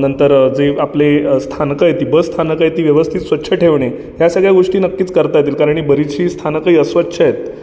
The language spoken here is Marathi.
नंतर जे आपले स्थानकं आहेत ती बस स्थानकं आहेत ती व्यवस्थित स्वच्छ ठेवणे या सगळ्या गोष्टी नक्कीच करता येतील कारण ही बरीचशी स्थानकं ही अस्वच्छ आहेत